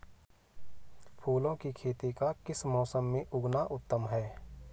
फूलों की खेती का किस मौसम में उगना उत्तम है?